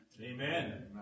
Amen